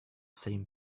same